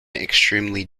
extremely